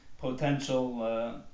potential